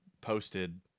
posted